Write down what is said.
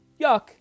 yuck